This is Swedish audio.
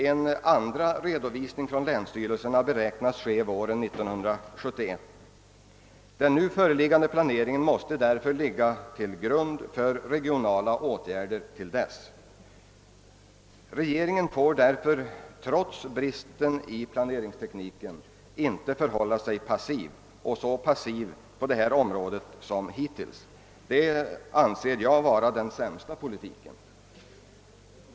En andra redovisning från länsstyrelserna beräknas ske våren 1971. Den nu föreliggande planeringen måste därför ligga till grund för regionala åtgärder till dess. Regeringen får trots bristerna i planeringstekniken inte vara så passiv som hittills. Det anser jag vara den sämsta politiken.